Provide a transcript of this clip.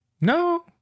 No